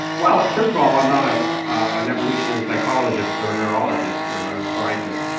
well, first of all, i'm not ah an evolutionary psychologist or neurologist or neuroscientist.